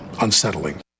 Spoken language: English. unsettling